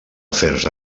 afers